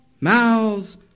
mouths